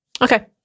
okay